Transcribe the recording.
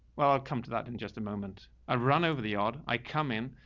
well, i'll come to that in just a moment. i run over the odd, i come in,